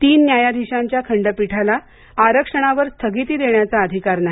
तीन न्यायाधीशांच्या खंडपीठाला आरक्षणावर स्थगिती देण्याचा अधिकार नाही